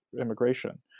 immigration